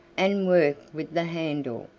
and work with the handle,